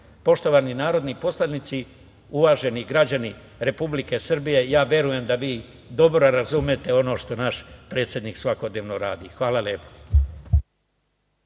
Poštovani narodni poslanici, uvaženi građani Republike Srbije, ja verujem da vi dobro razumete ono što naš predsednik svakodnevno radi. Hvala lepo.